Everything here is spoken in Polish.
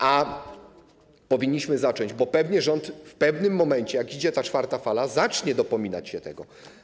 A powinniśmy zacząć, bo pewnie rząd w pewnym momencie, skoro idzie ta czwarta fala, zacznie dopominać się tego.